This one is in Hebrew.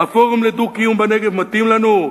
"הפורום לדו-קיום בנגב" מתאים לנו?